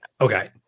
okay